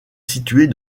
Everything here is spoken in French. située